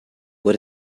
what